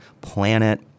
planet